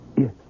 yes